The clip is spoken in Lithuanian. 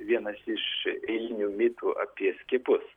vienas iš eilinių mitų apie skiepus